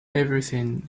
everything